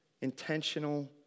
intentional